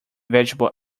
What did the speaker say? vegetable